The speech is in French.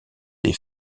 des